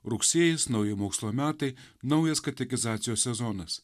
rugsėjis nauji mokslo metai naujas katekizacijos sezonas